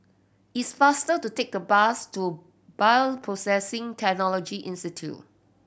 it's faster to take the bus to Bioprocessing Technology Institute